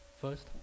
first